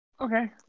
Okay